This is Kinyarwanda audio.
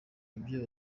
icyo